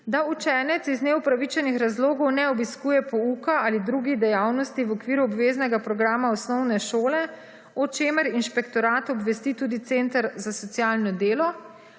da učenec iz neopravičenih razlogov ne obiskuje pouka ali drugih dejavnosti v okviru obveznega programa osnovne šole, o čemer Inšpektorat obvesti tudi Center za socialno delo,